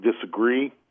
disagree